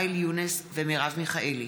ואאל יונס ומרב מיכאלי,